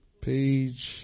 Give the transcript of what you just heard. Page